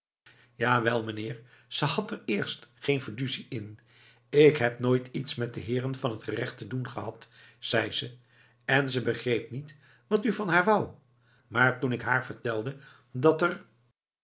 jawel meneer ze had er eerst geen fiducie in ik heb nooit iets met de heeren van t gerecht te doen gehad zei ze en ze begreep niet wat u van haar wou maar toen ik haar vertelde dat er